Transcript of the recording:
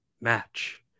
match